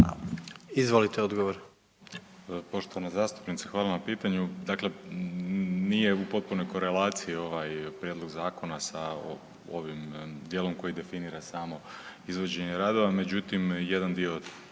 Josip (HDZ)** Poštovana zastupnice. Hvala na pitanju. Dakle, nije u potpunoj korelaciji ovaj prijedlog zakona sa ovim dijelom koji definira samo izvođenje, međutim jedan dio tog